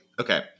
okay